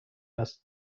است